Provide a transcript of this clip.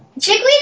chickweed